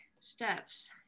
steps